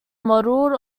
modeled